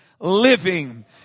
living